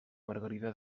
margarida